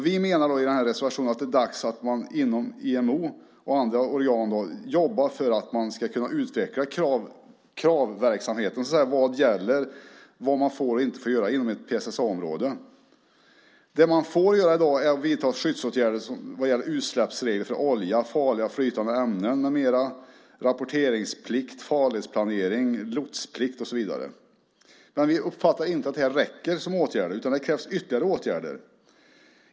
Vi menar då i reservationen att det är dags att man inom IMO och andra organ jobbar för att utveckla kravverksamheten vad gäller vad man får och inte får göra inom ett PSSA-område. Det man i dag får göra är att vidta skyddsåtgärder när det gäller utsläppsregler för olja, farliga flytande ämnen med mera, rapporteringsplikt, farledsplanering, lotsplikt och så vidare. Men vi uppfattar inte att detta räcker. Det krävs ytterligare åtgärder.